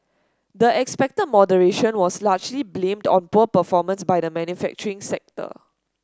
the expected moderation was largely blamed on poor performance by the manufacturing sector